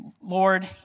Lord